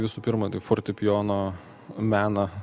visų pirma tai fortepijono meną